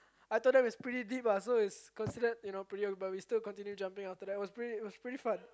I told them it's pretty deep lah so it's considered you know but we still continue jumping after that it was pretty it was pretty fun